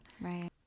Right